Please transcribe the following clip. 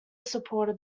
supported